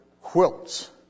quilts